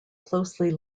closely